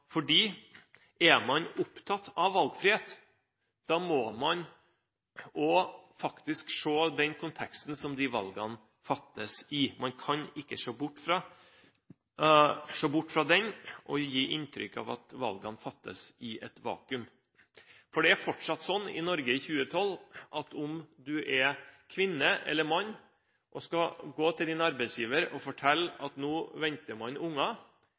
Er man opptatt av valgfrihet, må man òg faktisk se den konteksten som de valgene fattes i. Man kan ikke se bort fra den og gi inntrykk av at valgene fattes i et vakuum. Det er fortsatt sånn i Norge i 2012 at om en kvinne eller en mann går til sin arbeidsgiver og forteller at nå venter man